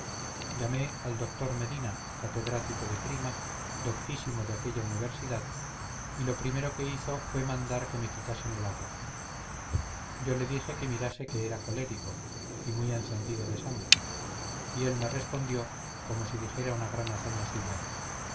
llamé al doctor medina catedrático de prima doctísimo de aquella universidad y lo primero que hizo fué mandar que me quitasen el agua yo le dije que mirase que era colérico y muy encendido de sangre y él me respondió como si dijera una gran hazaña suya